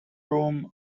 room